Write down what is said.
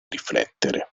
riflettere